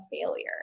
failure